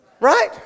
right